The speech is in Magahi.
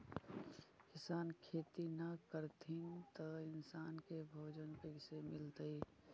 किसान खेती न करथिन त इन्सान के भोजन कइसे मिलतइ?